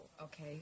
okay